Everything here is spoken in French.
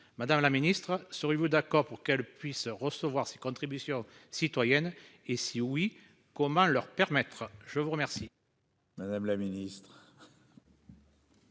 madame la Ministre, seriez-vous d'accord pour qu'elle puisse recevoir ces contributions citoyennes et si oui comment leur permettre je vous remercie. Madame la Ministre.